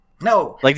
No